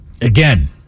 Again